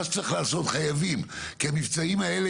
מה שצריך לעשות חייבים כי המבצעים האלה